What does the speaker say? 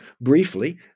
briefly